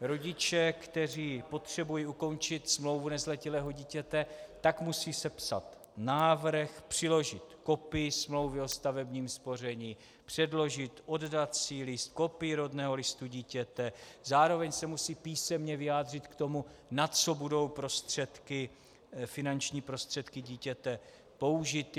Rodiče, kteří potřebují ukončit smlouvu nezletilého dítěte, tak musí sepsat návrh, přiložit kopii smlouvy o stavebním spoření, předložit oddací list, kopii rodného listu dítěte, zároveň se musí písemně vyjádřit k tomu, na co budou finanční prostředky dítěte použity.